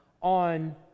on